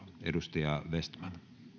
edustaja vestman